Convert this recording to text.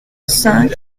cinq